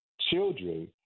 children